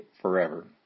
forever